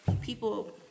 people